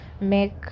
make